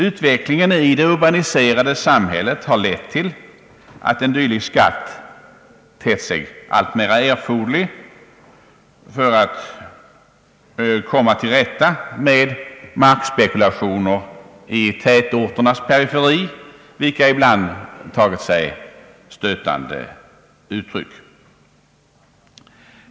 Utvecklingen i det urbaniserade samhället har lett till att en dylik skatt tett sig alltmer erforderlig för att komma till rätta med markspekulationer i tätorternas periferi, vilka ibland tagit sig stötande uttryck.